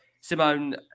Simone